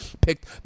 picked